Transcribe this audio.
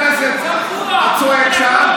צבוע.